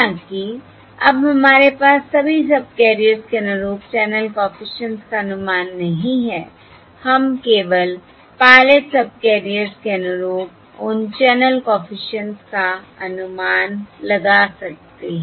हालाँकि अब हमारे पास सभी सबकैरियर्स के अनुरूप चैनल कॉफिशिएंट्स का अनुमान नहीं है हम केवल पायलट सबकैरियर्स के अनुरूप उन चैनल कॉफिशिएंट्स का अनुमान लगा सकते हैं